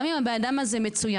גם אם הבן אדם הזה מצוין.